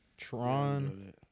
Tron